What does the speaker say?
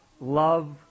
love